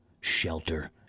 shelter